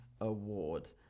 award